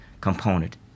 component